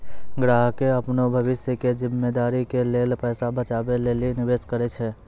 ग्राहकें अपनो भविष्य के जिम्मेदारी के लेल पैसा बचाबै लेली निवेश करै छै